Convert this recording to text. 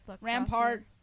Rampart